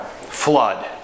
flood